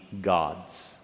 gods